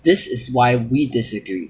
this is why we disagree